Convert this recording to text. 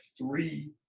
three